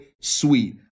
sweet